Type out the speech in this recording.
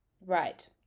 Right